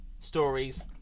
stories